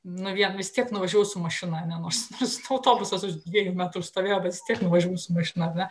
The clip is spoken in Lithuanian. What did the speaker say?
nu vien vis tiek nuvažiuoju su mažina nors autobusas už dviejų metrų stovėjo bet vis tiek nuvažiavau su mašina ar ne